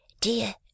dear